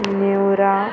न्यूवरा